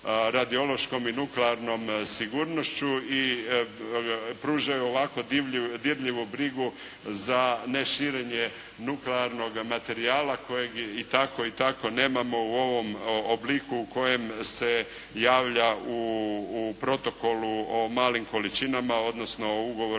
radiološkom i nuklearnom sigurnošću i pružaju ovako dirljivu brigu za neširenje nuklearnog materijala kojeg i tako i tako nemamo u ovom obliku u kojem se javlja u Protokolu o malim količinama odnosno u Ugovoru